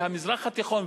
והמזרח התיכון,